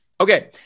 Okay